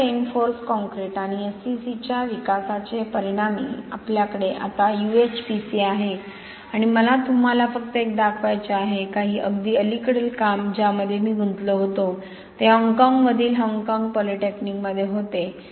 fibre reinforce concrete आणि SCC च्या विकासाच्या परिणामी आपल्याकडे आता UHPC आहे आणि मला तुम्हाला फक्त एक दाखवायचे आहे काही अगदी अलीकडील काम ज्यामध्ये मी गुंतलो होतो ते हाँगकाँगमधील हाँगकाँग पॉलिटेक्निकमध्ये होते